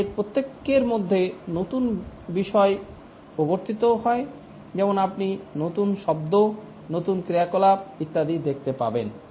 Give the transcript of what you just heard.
তাদের প্রত্যেকের মধ্যে নতুন বিষয় প্রবর্তিত হয় যেমন আপনি নতুন শব্দ নতুন ক্রিয়াকলাপ ইত্যাদি দেখতে পাবেন